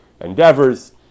endeavors